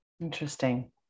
Interesting